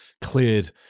cleared